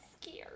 scared